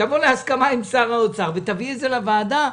תבוא להסכמה עם שר האוצר ותביא את זה לוועדה,